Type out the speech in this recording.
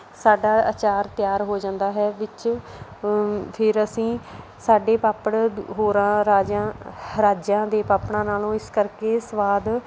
ਸਾਡਾ ਅਚਾਰ ਤਿਆਰ ਹੋ ਜਾਂਦਾ ਹੈ ਵਿੱਚ ਫਿਰ ਅਸੀਂ ਸਾਡੇ ਪਾਪੜ ਹੋਰਾਂ ਰਾਜਾਂ ਰਾਜਾਂ ਦੇ ਪਾਪੜਾਂ ਨਾਲੋਂ ਇਸ ਕਰਕੇ ਸਵਾਦ